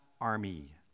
army